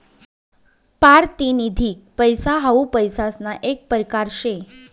पारतिनिधिक पैसा हाऊ पैसासना येक परकार शे